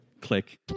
click